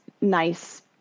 nice